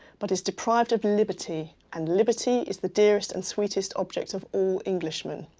but is deprived of liberty, and liberty is the dearest and sweetest object of all englishmen.